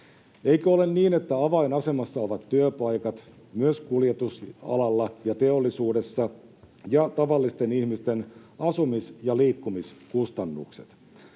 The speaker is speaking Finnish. Eikö ole niin, että avainasemassa ovat työpaikat, myös kuljetusalalla ja teollisuudessa, ja tavallisten ihmisten asumis- ja liikkumiskustannukset?